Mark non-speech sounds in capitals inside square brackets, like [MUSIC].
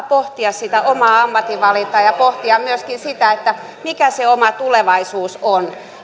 [UNINTELLIGIBLE] pohtia sitä omaa ammatinvalintaa ja myöskin sitä että mikä se oma tulevaisuus on